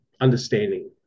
understanding